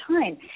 time